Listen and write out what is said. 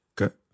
okay